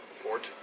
fort